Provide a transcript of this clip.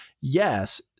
yes